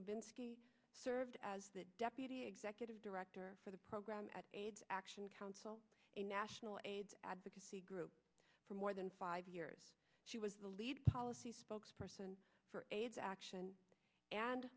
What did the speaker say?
served as deputy executive director for the program at aids action council a national aids advocacy group for more than five years she was the lead policy spokesperson for aids action and